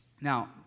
Now